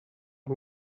ich